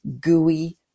gooey